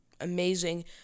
amazing